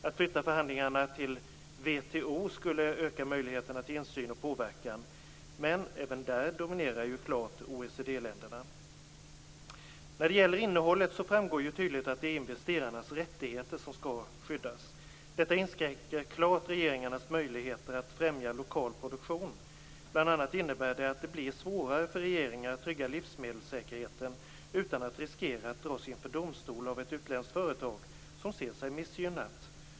Att flytta förhandlingarna till WTO skulle öka möjligheterna till insyn och påverkan, men även där dominerar ju klart OECD-länderna. När det gäller innehållet framgår det ju tydligt att det är investerarnas rättigheter som skall skyddas. Detta inskränker klart regeringarnas möjligheter att främja lokal produktion. Bl.a. innebär det att det blir svårare för regeringar att trygga livsmedelssäkerheten utan att riskera att dras inför domstol av ett utländskt företag som ser sig missgynnat.